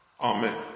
Amen